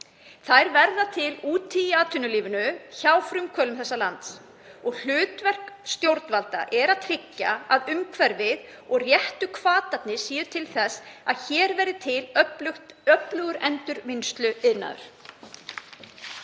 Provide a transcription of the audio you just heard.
Þær verða til úti í atvinnulífinu, hjá frumkvöðlum þessa lands, og hlutverk stjórnvalda er að tryggja að umhverfið og réttu hvatarnir séu til þess að hér verði til öflugur endurvinnsluiðnaður.